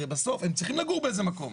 הרי בסוף הם צריכים לגור באיזה מקום.